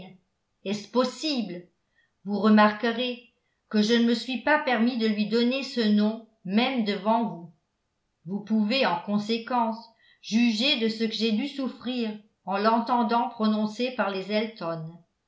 est-ce possible vous remarquerez que je ne me suis pas permis de lui donner ce nom même devant vous vous pouvez en conséquence juger de ce que j'ai dû souffrir en l'entendant prononcer par les